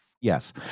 Yes